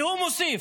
והוא מוסיף: